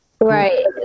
right